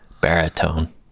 baritone